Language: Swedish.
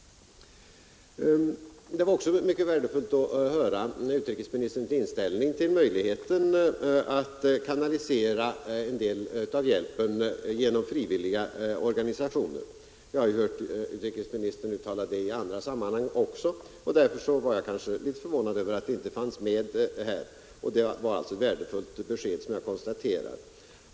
Det var även mycket värdefullt att höra utrikesministerns inställning till möjligheten att kanalisera en del av hjälpen genom frivilliga organisationer. Jag har ju hört utrikesministern uttala det i andra med här. Jag konstaterar alltså att det var ett värdefullt besked.